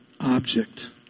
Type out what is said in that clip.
object